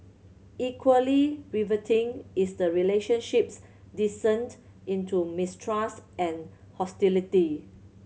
equally riveting is the relationship's descent into mistrust and hostility